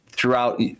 Throughout